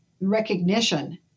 Recognition